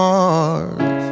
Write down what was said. Mars